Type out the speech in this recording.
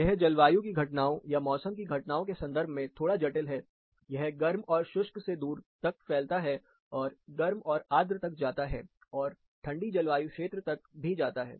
यह जलवायु की घटनाओं या मौसम की घटनाओं के संदर्भ में थोड़ा जटिल है यह गर्म और शुष्क से दूर तक फैलता है और गर्म और आर्द्र तक जाता है और ठंडी जलवायु क्षेत्र तक भी जाता है